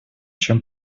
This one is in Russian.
чем